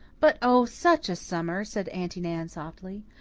but oh, such a summer said aunty nan softly.